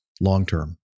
long-term